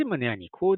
סימני הניקוד,